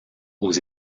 aux